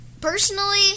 Personally